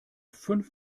fünf